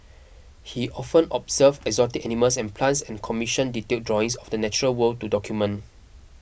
he often observed exotic animals and plants and commissioned detailed drawings of the natural world to document